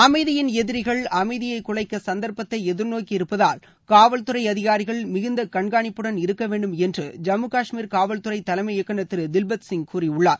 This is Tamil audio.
அமைதியின் எதிரிகள் அமைதியை குலைக்க சந்தர்பத்தை எதிர்நோக்கி இருப்பதால் காவல்துறை அதிகாரிகள் மிகுந்த கண்காணிப்புடன் இருக்க வேண்டும் என்று ஜம்மு கஷ்மீர் காவல்துறை தலைமை இயக்குநர் திரு தில்பத் சிங் கூறியிருக்கிறார்